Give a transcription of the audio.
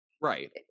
Right